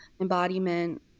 embodiment